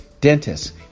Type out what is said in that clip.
dentists